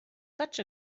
such